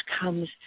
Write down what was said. comes